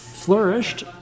Flourished